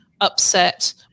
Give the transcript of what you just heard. upset